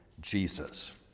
Jesus